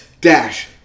Dash